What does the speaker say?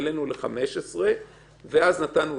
העלמת עבירה לפי סימן ב' בפרק ט' לחוק, תקיפת